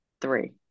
three